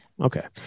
Okay